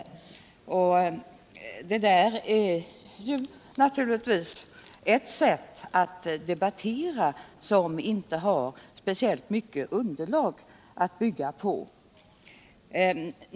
Detta sätt att debattera har inte speciellt mycket underlag att bygga på.